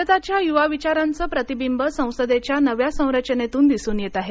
भारताच्या युवा विचारांचं प्रतिबिंब संसदेच्या नव्या संरचनेत दिसून येत आहे